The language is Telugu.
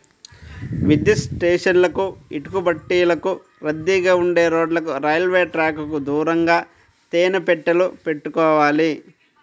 విద్యుత్ స్టేషన్లకు, ఇటుకబట్టీలకు, రద్దీగా ఉండే రోడ్లకు, రైల్వే ట్రాకుకు దూరంగా తేనె పెట్టెలు పెట్టుకోవాలి